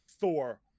Thor